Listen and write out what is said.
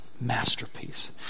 masterpiece